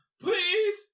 please